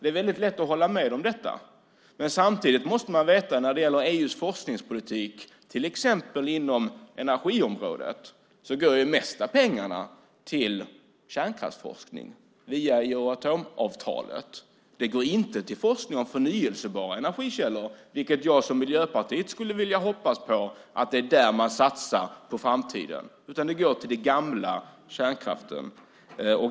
Det är väldigt lätt att hålla med om detta, men samtidigt måste man veta att när det gäller EU:s forskningspolitik inom till exempel energiområdet går de mesta pengarna till kärnkraftsforskning via Euratomavtalet. De går inte till forskning om förnybara energikällor, vilket jag som Miljöpartist skulle vilja hoppas på. Det är inte där man satsar på framtiden, utan pengarna går till det gamla, till kärnkraften.